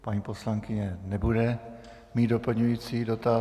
Paní poslankyně nebude mít doplňující dotaz.